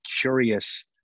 curious